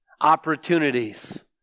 opportunities